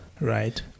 Right